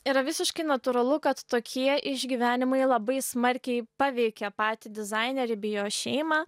yra visiškai natūralu kad tokie išgyvenimai labai smarkiai paveikė patį dizainerį bei jo šeimą